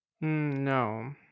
No